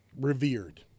revered